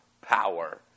power